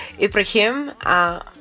Ibrahim